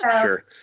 Sure